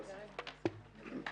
הישיבה ננעלה